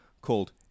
called